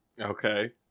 Okay